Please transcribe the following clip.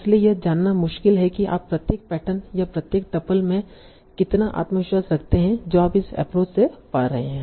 इसलिए यह जानना मुश्किल है कि आप प्रत्येक पैटर्न या प्रत्येक टपल में कितना आत्मविश्वास रखते हैं जो आप इस एप्रोच से पा रहे हैं